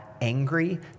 angry